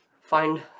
Find